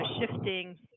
shifting